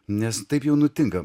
nes taip jau nutinka